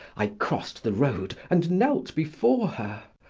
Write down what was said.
i crossed the road and knelt before her.